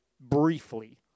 briefly